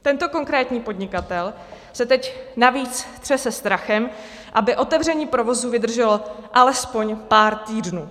Tento konkrétní podnikatel se teď navíc třese strachem, aby otevření provozu vydrželo alespoň pár týdnů.